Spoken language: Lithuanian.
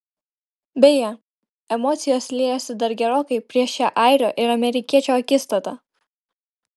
beje emocijos liejosi dar gerokai prieš šią airio ir amerikiečio akistatą